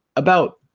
about